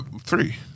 Three